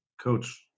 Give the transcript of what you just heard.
coach